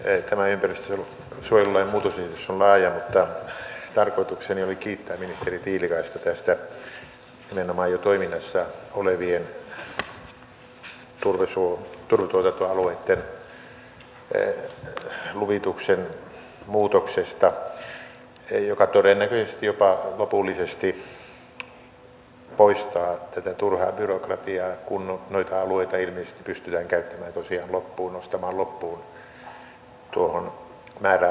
tämä ympäristönsuojelulain muutosesitys on laaja mutta tarkoitukseni oli kiittää ministeri tiilikaista tästä nimenomaan jo toiminnassa olevien turvetuotantoalueitten luvituksen muutoksesta joka todennäköisesti jopa lopullisesti poistaa tätä turhaa byrokratiaa kun noita alueita ilmeisesti pystytään nostamaan loppuun tuohon määräaikaan mennessä